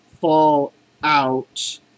Fallout